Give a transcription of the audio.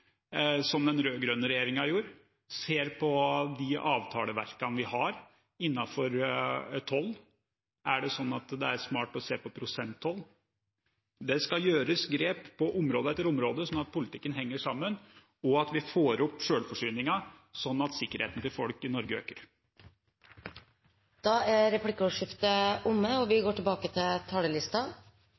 som den rød-grønne regjeringen gjorde, ser på de avtaleverkene vi har innenfor toll. Er det slik at det er smart å se på prosenttoll? Det skal gjøres grep på område etter område, slik at politikken henger sammen, og at vi får opp selvforsyningen, slik at sikkerheten til folk i Norge øker. Da er replikkordskiftet omme.